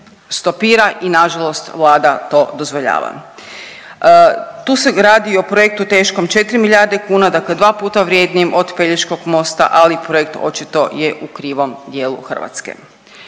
stopira i nažalost Vlada to dozvoljava. Tu se radi o projektu teškom 4 milijarde kuna, dakle dva puta vrjednijim od Pelješkog mosta ali projekt je očito u krivom dijelu Hrvatske.